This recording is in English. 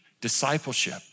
discipleship